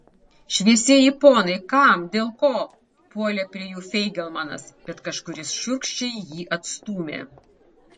šviesieji ponai kam dėl ko puolė prie jų feigelmanas bet kažkuris šiurkščiai jį atstūmė